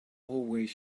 always